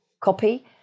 copy